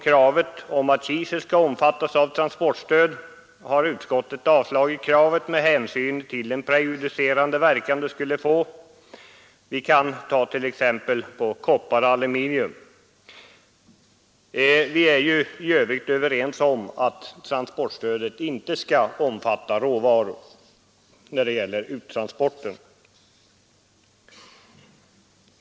Kravet på att kisel skall omfattas av transportstöd har utskottet avstyrkt med hänsyn till den prejudicerande verkan detta skulle få exempelvis i fråga om kopparaluminium. Vi är ju i övrigt överens om att transportstödet inte skall omfatta råvaror när det gäller uttransporter.